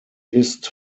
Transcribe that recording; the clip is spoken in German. ist